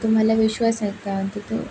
तुम्हाला विश्वास आहे का की ते